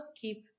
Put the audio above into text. keep